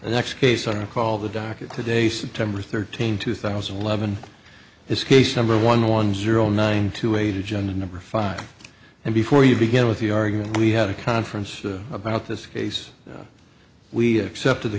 the next case i recall the docket today september thirteenth two thousand and eleven is case number one one zero nine two eight agenda number five and before you begin with your argument we had a conference about this case we accepted the